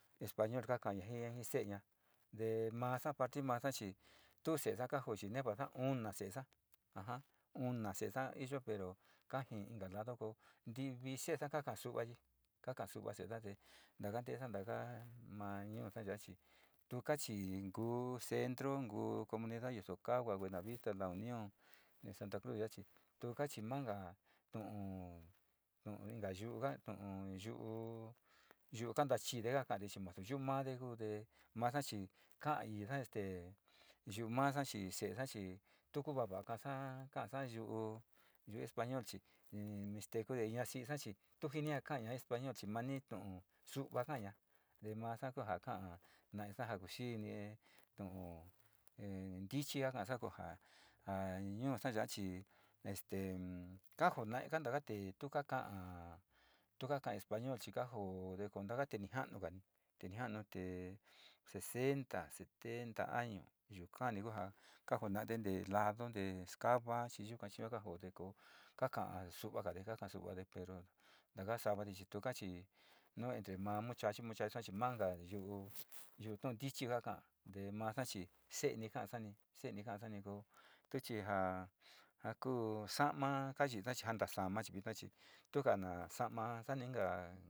Español ka kaiji se'eña te masa parti masa chi tu se'esa kajo chi ñavasa una se'esa ja, ja una se'esa ja iyo pero kajii inka lado ku ntivii se'esa kaka'a su'suvai, kaka su'uva te na kantiasa ma ñuusa ya'a chi tuka chii niku centro, ni kuu comunidad yo yuso kahua, buenavita la unión, te santa cruz ya'a chi tuka chi manga jaa tu'u inka yu'u ka'aa tu'un yu'u kanta chiide ka kari chi nasu yu'u made kute masa chi ka'anisa este yuu masa chi se'esa chi tu kuu va, va ka'asa español chii manitu'u su'uva kaaña te masa kuja ka'a naisa ja ku xiini tu'u ntichi kasa ko, ja, ja ñuusa ya chi este kajo naitaka tee tu ka ka'a, tu ka ka'a español chi kajoode te ni ja'anude ni, tee ja'anu sesenta setenta año yukani ku jaa ka ja naide on te ladu te yos cava chi yuka, chi yuka ka ja ko, kaka'ade su'uvade, kaka'a su'uvade ntaka savade tuka chii nu entre ma muchachui, muchacha mainko yu'u tu'un ntichi kaka'a ni ko tu chi ja, ja kuu sa'a maa kayi'isa chi tuka na sa'ama sani inka.